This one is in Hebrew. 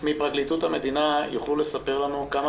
אולי פרקליטות המדינה יוכלו לספר לנו כמה